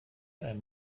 einem